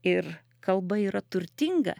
ir kalba yra turtinga